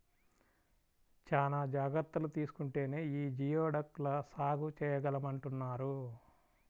చానా జాగర్తలు తీసుకుంటేనే యీ జియోడక్ ల సాగు చేయగలమంటన్నారు